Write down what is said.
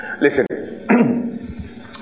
Listen